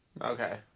Okay